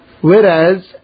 Whereas